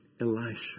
Elisha